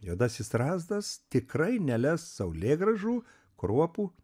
juodasis strazdas tikrai neles saulėgrąžų kruopų